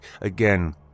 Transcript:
again